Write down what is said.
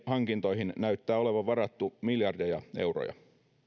hankintoihin näyttää olevan varattu miljardeja euroja